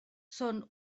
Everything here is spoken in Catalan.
són